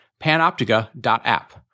panoptica.app